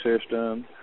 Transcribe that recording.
system